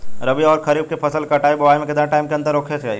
रबी आउर खरीफ फसल के कटाई और बोआई मे केतना टाइम के अंतर होखे के चाही?